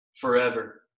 forever